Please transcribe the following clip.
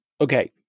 Okay